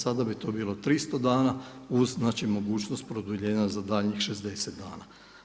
Sada bi to bilo 300 dana uz znači mogućnost produljenja za daljnjih 60 dana.